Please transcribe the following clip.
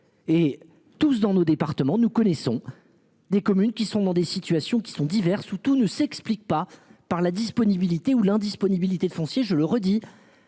et tous dans nos départements, nous connaissons. Des communes qui sont dans des situations qui sont diverses, où tout ne s'explique pas par la disponibilité ou l'indisponibilité de foncier, je le redis.